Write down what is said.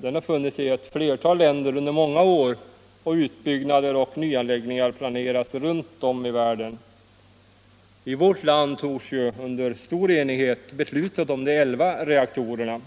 Den har funnits i ett flertal länder under många år, och utbyggnader och nyanläggningar planeras runt om i världen. I vårt land fattades ju under stor enighet beslutet om de 11 reaktorerna.